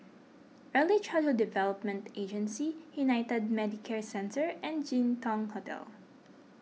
Early Childhood Development Agency United Medicare Centre and Jin Dong Hotel